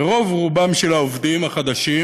ורוב רובם של העובדים החדשים,